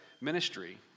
ministry